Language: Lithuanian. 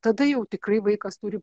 tada jau tikrai vaikas turi